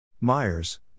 Myers